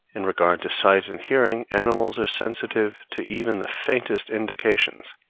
in regard to sight and hearing, animals are sensitive to even the faintest indications